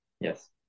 Yes